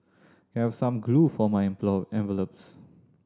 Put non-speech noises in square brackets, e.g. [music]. can I have some glue for my [unintelligible] envelopes